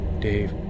Dave